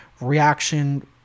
reaction